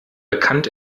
bekannt